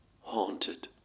haunted